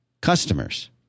customers